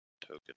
token